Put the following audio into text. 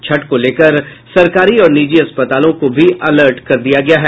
छठ को लेकर सरकारी और निजी अस्पतालों को भी अलर्ट कर दिया गया है